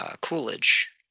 coolidge